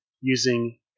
using